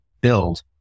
build